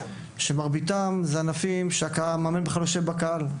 שמרביתם הם ענפים שהמאמן בכלל לא יושב בקהל;